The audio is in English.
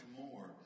more